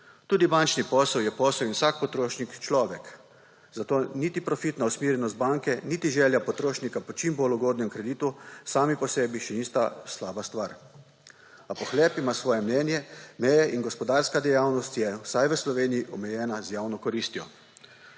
Tudi bančni posel je posel in vsak potrošnik človek, zato niti k profitnosti usmerjenost banke niti želja potrošnika po čim bolj ugodnem kreditu sami po sebi še nista slaba stvar. A pohlep ima svoje meje in gospodarska dejavnost je, vsaj v Sloveniji, omejena z javno koristjo.